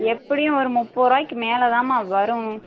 எப்படியும் ஒரு முப்பதுரூபாய்க்கி மேலே தான்ம்மா வரும்